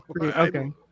okay